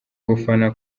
gufana